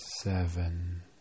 seven